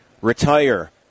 Retire